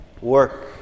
work